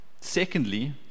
Secondly